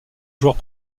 joueur